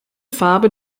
farbe